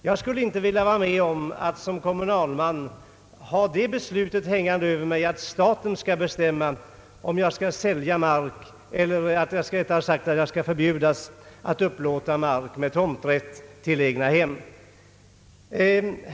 Jag skulle inte såsom kommunalman vilja ha det beslutet hängande över mig, att staten skall bestämma om jag skall förbjudas att upplåta mark med tomträtt till egnahem.